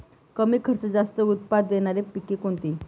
कमी खर्चात जास्त उत्पाद देणारी पिके कोणती?